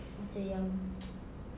macam yang